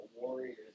Warriors –